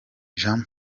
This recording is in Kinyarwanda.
jean